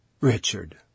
Richard